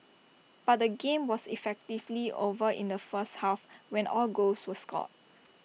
but the game was effectively over in the first half when all goals were scored